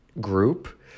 group